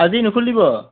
আজি নুখুলিব